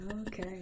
Okay